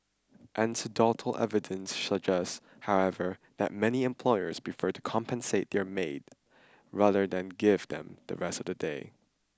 anecdotal evidence suggests however that many employers prefer to compensate their maid rather than give them the rest of the day